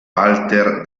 walter